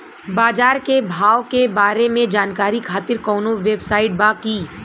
बाजार के भाव के बारे में जानकारी खातिर कवनो वेबसाइट बा की?